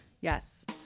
yes